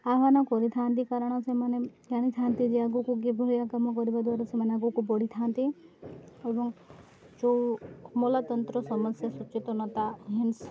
ଆହ୍ୱାନ କରିଥାନ୍ତି କାରଣ ସେମାନେ ଜାଣିଥାନ୍ତି ଯେ ଆଗକୁ କିଭଳିଆ କାମ କରିବା ଦ୍ୱାରା ସେମାନେ ଆଗକୁ ବଢ଼ିଥାନ୍ତି ଏବଂ ଯେଉଁ ମୂଲତନ୍ତ୍ର ସମସ୍ୟା ସଚେତନତା